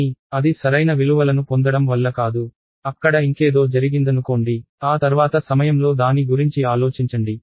కానీ అది సరైన విలువలను పొందడం వల్ల కాదు అక్కడ ఇంకేదో జరిగిందనుకోండి ఆ తర్వాత సమయంలో దాని గురించి ఆలోచించండి